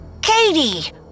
Katie